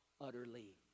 utterly